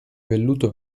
velluto